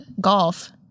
golf